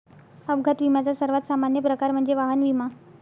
अपघात विम्याचा सर्वात सामान्य प्रकार म्हणजे वाहन विमा